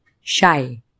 shy